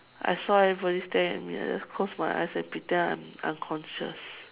I saw everybody staring at me I just close my eyes and pretend I'm unconscious